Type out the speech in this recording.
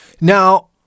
Now